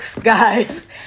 guys